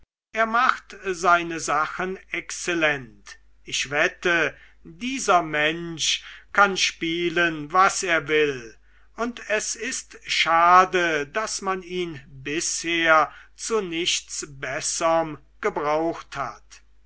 er macht seine sachen exzellent ich wette dieser mensch kann spielen was er will und es ist schade daß man ihn bisher zu nichts besserm gebraucht hat